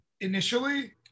initially